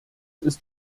ist